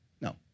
No